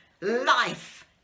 life